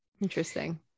interesting